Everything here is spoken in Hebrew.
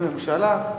לממשלה,